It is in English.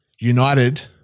united